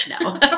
no